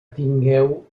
tingueu